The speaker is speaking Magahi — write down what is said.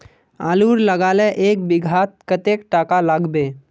आलूर लगाले एक बिघात कतेक टका लागबे?